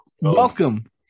Welcome